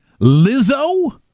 Lizzo